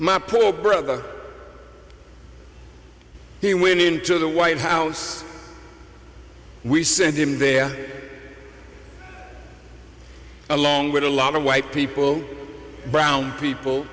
my poor brother he went into the white house we sent him there along with a lot of white people brown people